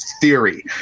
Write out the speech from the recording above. theory